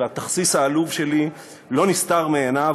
והתכסיס העלוב שלי לא נסתר מעיניו,